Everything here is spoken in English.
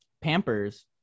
Pampers